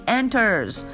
enters